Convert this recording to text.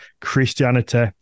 Christianity